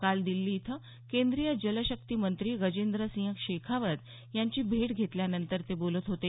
काल दिल्ली इथं केंद्रीय जलशक्ती मंत्री गजेंद्रसिंह शेखावत यांची भेट घेतल्यानंतर ते बोलत होते